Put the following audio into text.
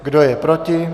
Kdo je proti?